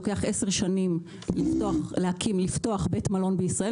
לוקח 10 שנים לפתוח בית מלון בישראל.